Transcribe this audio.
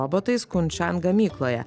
robotais kunshan gamykloje